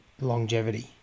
longevity